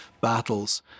battles